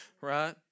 right